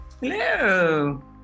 Hello